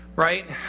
right